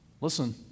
listen